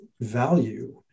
value